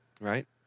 Right